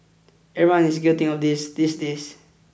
everyone is guilty of this these days